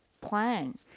plan